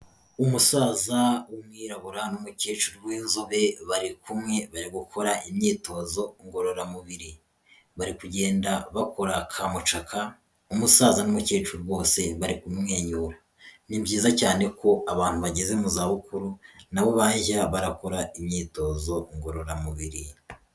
Umusaza w'umwirabura n'umukecuru w'inzobe bari kumwe bari gukora imyitozo ngororamubiri, bari kugenda bakora ka mucaka, umusaza n'umukecuru bose bari kumwenyura, ni byiza cyane ko abantu bageze mu zabukuru na bo bajya barakora imyitozo ngororamubiri.